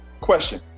Question